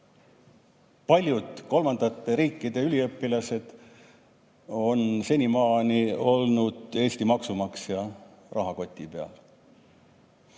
paljud kolmandate riikide üliõpilased on senimaani olnud Eesti maksumaksja rahakoti peal.